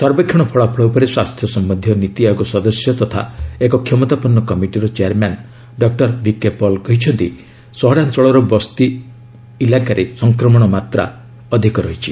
ସର୍ବେକ୍ଷଣ ଫଳାଫଳ ଉପରେ ସ୍ୱାସ୍ଥ୍ୟ ସମ୍ୟନ୍ଧୀୟ ନୀତି ଆୟୋଗ ସଦସ୍ୟ ତଥା ଏକ କ୍ଷମତାପନ୍ନ କମିଟିର ଚେୟାରମ୍ୟାନ୍ ଡକ୍ଟର ବିକେ ପଲ୍ କହିଛନ୍ତି ସହରାଞ୍ଚଳର ବସ୍ତି ଇଲାକାରେ ସଂକ୍ରମଣ ମାତ୍ରା ଅଧିକ ରହିଛି